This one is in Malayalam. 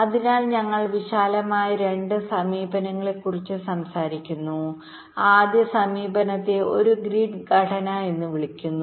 അതിനാൽ ഞങ്ങൾ വിശാലമായി രണ്ട് സമീപനങ്ങളെക്കുറിച്ച് സംസാരിക്കുന്നു ആദ്യ സമീപനത്തെ ഒരു ഗ്രിഡ് ഘടനഎന്ന് വിളിക്കുന്നു